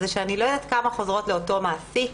שאני לא יודעת כמה חוזרות לאותו מעסיק,